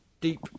deep